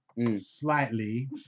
Slightly